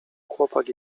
chłopak